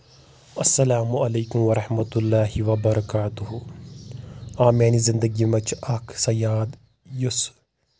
السلام علیکُم ورحمت اللہ وبراکاتہ آ میانہِ زنٛدگی منٛز چھِ اکھ سۄ یاد یُس